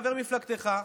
חבר מפלגתך,